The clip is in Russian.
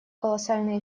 колоссальный